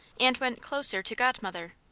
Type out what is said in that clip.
and went closer to godmother.